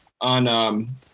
on